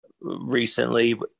recently